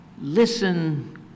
listen